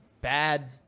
bad